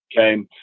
Okay